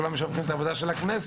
כולם משבחים את עבודת הכנסת.